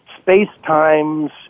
space-time's